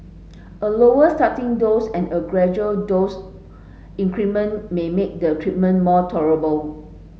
a lower starting dose and gradual dose increment may make the treatment more tolerable